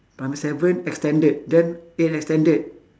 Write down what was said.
primary seven extended then eight extended